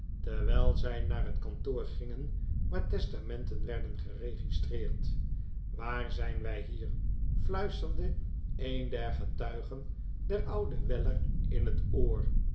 terwijl zij naar het kantoor gingen waar testamenten werden geregistreerd waar zijn wij hier fluisterde een der getuigen den ouden weller in het oor